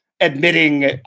admitting